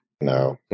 no